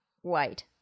white